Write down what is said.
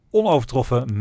onovertroffen